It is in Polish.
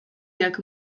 jak